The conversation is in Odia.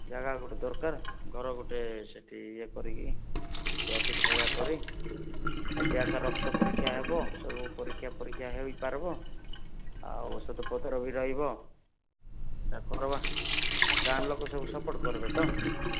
ଜାଗା ଗୋଟେ ଦରକାର୍ ଘର ଗୋଟେ ସେଠି ଇଏ କରିକି ସେଠି ଅଫିସ୍ ଭଳିଆ କରି ସେଠି ଏକା ରକ୍ତ ପରୀକ୍ଷା ହବ ସବୁ ପରୀକ୍ଷା ଫରୀକ୍ଷା ହେଇପାର୍ବ ଆଉ ଔଷଧପତର ବି ରହିବ ସେଟା କରବା ଗାଁର ଲୋକେ ସବୁ ସପୋର୍ଟ କରବେ ତ